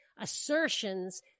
assertions